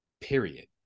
period